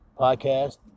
podcast